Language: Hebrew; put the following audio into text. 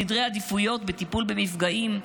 סדרי עדיפויות בטיפול במפגעים,